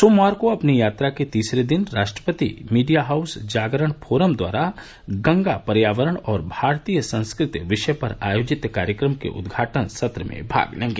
सोम्मार के अपने जतरा के तीसरका दिन्ने राष्ट्रपति मीडिया हाउस जागरण फोरम की ओरि से गंगा पर्यावरण अउर भारतीय संस्कृति विषय पर आयोजित कार्यक्रम के उद्घाटन सत्र में भाग लेब